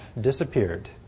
disappeared